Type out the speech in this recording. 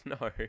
No